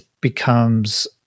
becomes